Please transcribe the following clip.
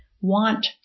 want